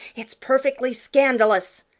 it's perfectly scandalous!